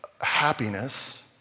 happiness